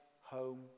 home